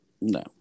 No